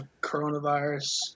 coronavirus